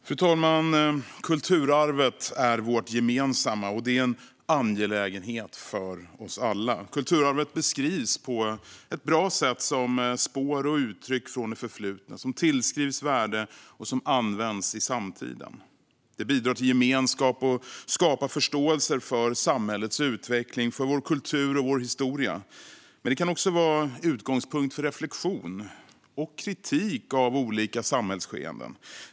Fru talman! Kulturarvet är vårt gemensamma, och det är en angelägenhet för oss alla. Kulturarvet beskrivs på ett bra sätt som spår och uttryck från det förflutna som tillskrivs värde och som används i samtiden. Det bidrar till gemenskap och skapar förståelse för samhällets utveckling, för vår kultur och för vår historia. Men det kan också vara utgångspunkt för reflektion kring, och kritik av, olika samhällsskeenden.